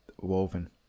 woven